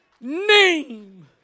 name